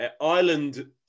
Ireland